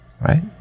right